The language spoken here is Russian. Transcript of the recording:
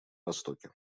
востоке